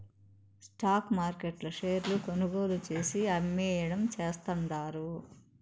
stock మార్కెట్ల షేర్లు కొనుగోలు చేసి, అమ్మేయడం చేస్తండారు